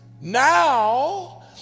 now